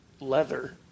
leather